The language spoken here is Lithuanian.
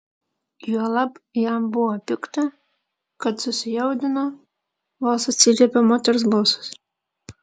juolab jam buvo pikta kad susijaudino vos atsiliepė moters balsas